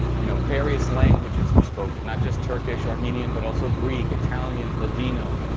you know, various languages were spoken, not just turkish armenian, but also greek, italian, ladino,